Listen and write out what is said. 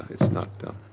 it's not done.